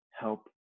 help